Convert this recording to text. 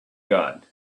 got